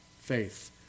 faith